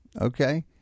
Okay